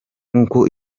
nkuko